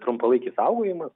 trumpalaikis saugojimas